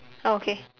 ah okay